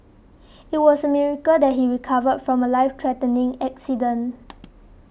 it was a miracle that he recovered from the Life threatening accident